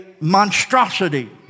monstrosity